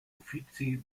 uffizi